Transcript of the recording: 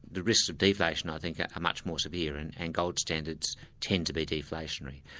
the risks of deflation i think are much more severe, and and gold standards tend to be deflationary.